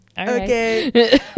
okay